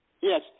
Yes